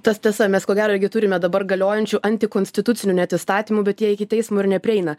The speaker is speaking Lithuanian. tas tiesa mes ko gero irgi turime dabar galiojančių antikonstitucinių net įstatymų bet jie iki teismo ir neprieina